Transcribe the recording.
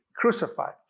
crucified